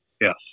yes